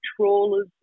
trawlers